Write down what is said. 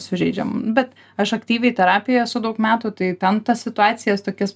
sužeidžiamu bet aš aktyviai terapijoj esu daug metų tai ten tas situacijas tokias